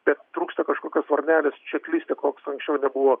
bet trūksta kažkokios varnelės čekliste koks anksčiau nebuvo